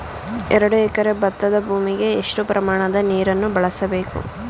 ಎರಡು ಎಕರೆ ಭತ್ತದ ಭೂಮಿಗೆ ಎಷ್ಟು ಪ್ರಮಾಣದ ನೀರನ್ನು ಬಳಸಬೇಕು?